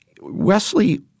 Wesley